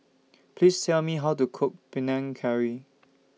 Please Tell Me How to Cook Panang Curry